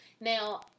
Now